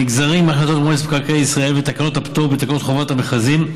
הנגזרים מהחלטות מועצת מקרקעי ישראל ותקנות הפטור בתקנות חובת המכרזים,